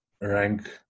rank